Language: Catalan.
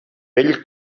vell